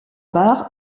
bar